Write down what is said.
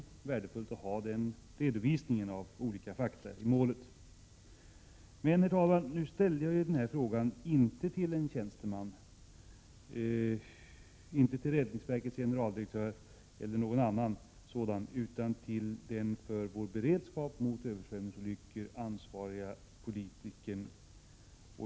Det är värdefullt att ha fått denna redovisning av olika fakta i målet. Herr talman! Jag ställde emellertid inte denna fråga till en tjänsteman, inte till räddningsverkets generaldirektör eller någon annan utan till den för vår beredskap mot översvämningsolyckor ansvariga politikern.